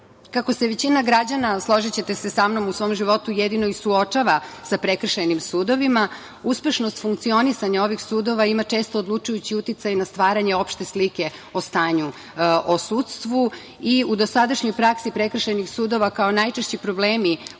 se većina građana, složićete se sa mnom, u svom životu jedino i suočava sa prekršajnim sudovima, uspešnost funkcionisanja ovih sudova ima često odlučujući uticaj na stvaranje opšte slike o stanju u sudstvu. U dosadašnjoj praksi prekršajnih sudova kao najčešći problemi